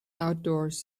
outdoors